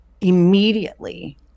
immediately